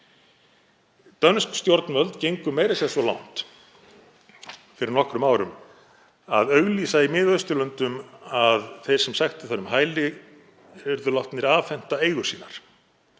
Dönsk stjórnvöld gengu meira að segja svo langt fyrir nokkrum árum að auglýsa í Miðausturlöndum að þeir sem sæktu þar um hæli yrðu látnir afhenda eigur sínar.